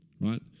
right